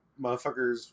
motherfuckers